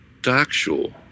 Darkshore